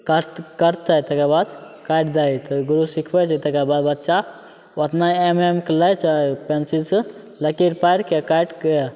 काट काटतै तकर बाद काटि दही तऽ गुरु सिखबै छै तकर बाद बच्चा ओतना एम एम के लै छै पेन्सिलसे लकीर पारिके काटिके